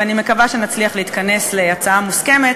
ואני מקווה שנצליח להתכנס להצעה מוסכמת